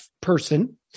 person